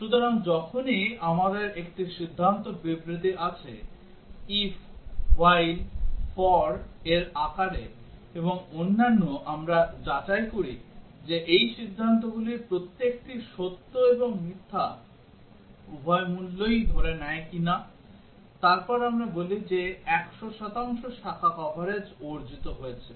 সুতরাং যখনই আমাদের একটি সিদ্ধান্ত বিবৃতি আছে if while for এর আকারে এবং অন্যান্য আমরা যাচাই করি যে এই সিদ্ধান্তগুলির প্রত্যেকটি সত্য এবং মিথ্যা উভয় মূল্যই ধরে নেয় কিনা তারপর আমরা বলি যে 100 শতাংশ শাখা কভারেজ অর্জিত হয়েছে